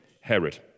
Herod